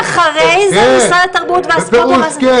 אחרי זה משרד התרבות והספורט,